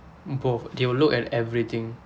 both they will look at everything